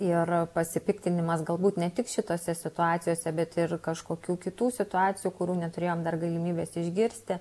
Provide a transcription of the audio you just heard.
ir pasipiktinimas galbūt ne tik šitose situacijose bet ir kažkokių kitų situacijų kurių neturėjom dar galimybės išgirsti